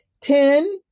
Ten